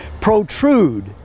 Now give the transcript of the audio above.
protrude